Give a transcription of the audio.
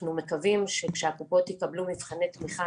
אנחנו מקווים שכשהקופות יקבלו מבחני תמיכה